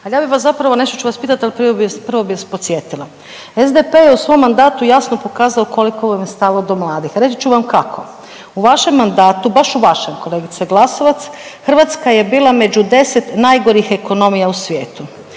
ali ja bi vas zapravo nešto ću vas pitati, ali prvo bi vas podsjetila. SDP je u svom mandatu jasno pokazao koliko vam je stalo do mladih, reći ću vam kako. U vašem mandatu, baš u vašem, kolegice Glasovac, Hrvatska je bila među 10 najgorih ekonomija u svijetu.